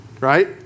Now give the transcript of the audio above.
right